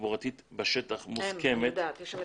תחבורתית בשטח, מוסכמת.